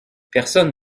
personne